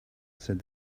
said